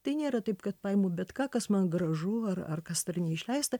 tai nėra taip kad paimu bet ką kas man gražu ar ar kas dar neišleista